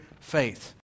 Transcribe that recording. faith